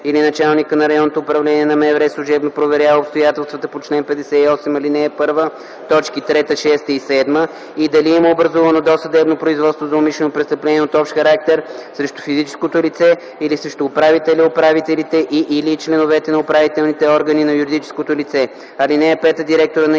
или началникът на РУ на МВР служебно проверява обстоятелствата по чл. 58, ал. 1, т. 3, 6 и 7 и дали има образувано досъдебно производство за умишлено престъпление от общ характер срещу физическото лице или срещу управителя/управителите, и/или членовете на управителните органи на юридическото лице. (5) Директорът на ГДОП